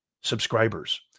subscribers